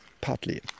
partly